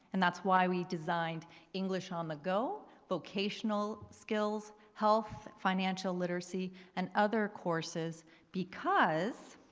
and that's why we designed english on the go, vocational skills, health, financial literacy and other courses because